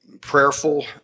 prayerful